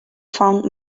found